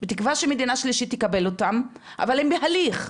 בתקווה שמדינה שלישית תקבל אותם, אבל הם בהליך.